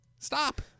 Stop